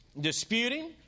disputing